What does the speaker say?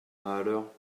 mahaleur